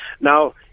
Now